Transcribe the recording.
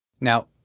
Now